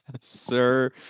Sir